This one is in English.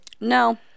No